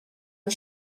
ond